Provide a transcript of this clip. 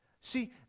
See